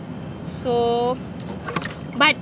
so but